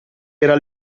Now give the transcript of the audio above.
era